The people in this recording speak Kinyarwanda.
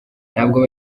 ntabwo